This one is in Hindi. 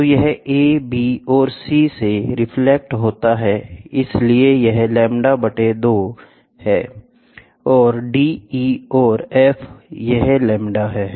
तो यह a b और c से रिफ्लेक्ट होता है इसलिए यह λ 2 है और d e और f यह λ है